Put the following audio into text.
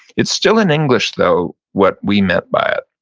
it's still in english though what we meant by it.